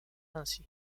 ainsi